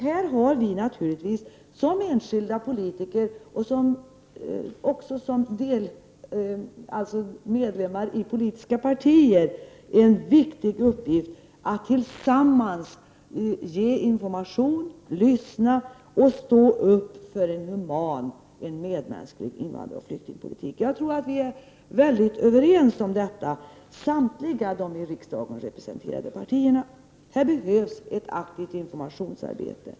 Här har vi naturligtvis som enskilda politiker och som medlemmar i politiska partier en viktig uppgift att tillsammans ge information, lyssna och ställa upp för en human och mera medmänsklig invandraroch flyktingpolitik. Jag tror att vi inom samtliga i riksdagen representerade partier i hög grad är överens om detta. Det behövs alltså ett aktivt informationsarbete.